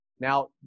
now